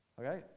okay